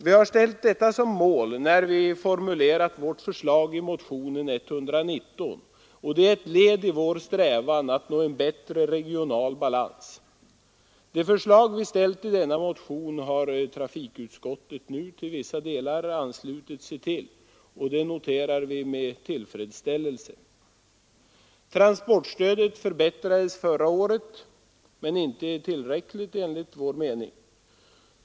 Vi har ställt detta som mål, när vi formulerat vårt förslag i motionen 119, och det är ett led i vår strävan att nå en bättre regional balans. De förslag vi framfört i denna motion har trafikutskottet nu till vissa delar anslutit sig till, vilket vi noterar med tillfredsställelse. Transportstödet förbättrades förra året men inte tillräckligt enligt vår mening.